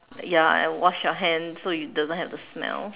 ya and wash your hand so you doesn't have the smell